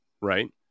Right